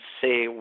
say